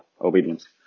obedience